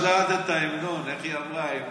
אתה שומע אולי עוד אוושה קלושה של איזה שמאל ציוני של פעם,